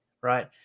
right